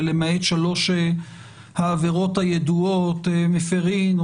ולמעט שלוש העבירות הידועות מפרים או